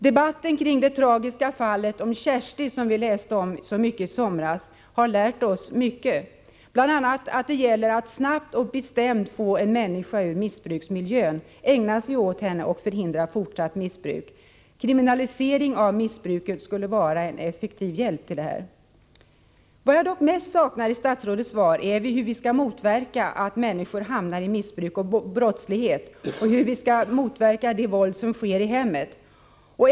Debatten kring det tragiska fallet om Kersti, som vi läste om i somras, har lärt oss mycket, bl.a. att det gäller att snabbt och bestämt få en människa ur missbruksmiljön, ägna sig åt henne och förhindra fortsatt missbruk. Kriminalisering av missbruket vore en effektiv hjälp till detta. Vad jag dock mest saknar i statsrådets svar är hur vi skall motverka att människor hamnar i missbruk och brottslighet, och hur vi skall motverka det våld som sker i hemmet.